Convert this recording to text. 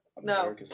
No